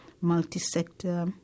Multi-Sector